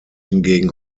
hingegen